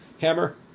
hammer